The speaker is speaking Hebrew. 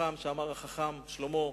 חכם שאמר החכם שלמה: